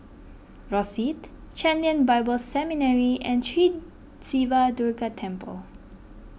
Rosyth Chen Lien Bible Seminary and Sri Siva Durga Temple